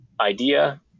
idea